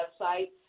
website